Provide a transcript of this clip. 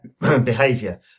behavior